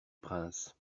prince